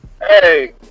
Hey